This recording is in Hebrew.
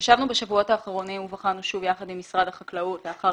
ישבנו בשבועות האחרונים ובחנו שוב - יחד עם משרד החקלאות לאחר